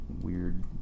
weird